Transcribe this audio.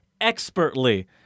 expertly